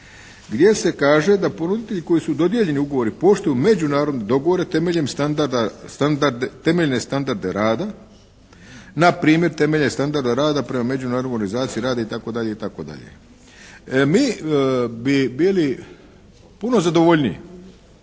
gdje se kaže da ponuditelji koji su dodijeljeni ugovori poštuju međunarodne dogovore temeljem standarda, temeljne standarde rada, npr. temelje standarda rada prema Međunarodnoj organizaciji rada itd., itd. Mi bi bili puno zadovoljniji